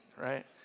right